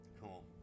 cool